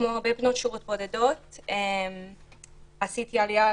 כמו הרבה בנות שירות בודדות עשיתי עלייה